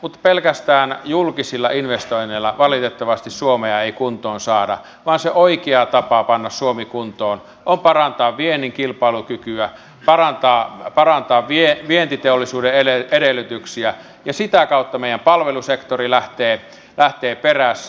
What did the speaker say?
mutta pelkästään julkisilla investoinneilla valitettavasti ei suomea kuntoon saada vaan se oikea tapa panna suomi kuntoon on parantaa viennin kilpailukykyä parantaa vientiteollisuuden edellytyksiä ja sitä kautta meidän palvelusektorimme lähtee perässä